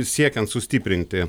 siekiant sustiprinti